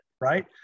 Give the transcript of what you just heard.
right